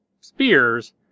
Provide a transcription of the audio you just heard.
spears